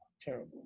terrible